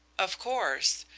of course,